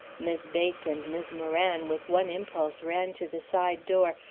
mis' bates and mis' moran, with one impulse, ran to the side door,